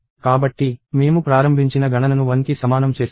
కాబట్టి మేము ప్రారంభించిన గణనను 1కి సమానం చేస్తాము